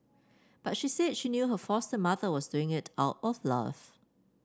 but she said she knew her foster mother was doing it out of love